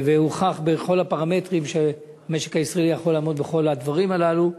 והוכח בכל הפרמטרים שהוא יכול לעמוד בכל הדברים הללו.